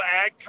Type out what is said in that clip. ag